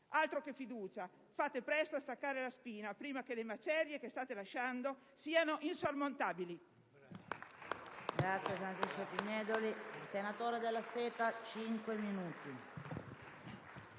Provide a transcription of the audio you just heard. Altro che fiducia! Fate presto a staccare la spina, prima che le macerie che state lasciando siano insormontabili.